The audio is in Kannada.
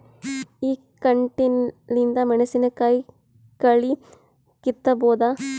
ಈ ಕಂಟಿಲಿಂದ ಮೆಣಸಿನಕಾಯಿ ಕಳಿ ಕಿತ್ತಬೋದ?